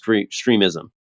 extremism